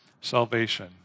salvation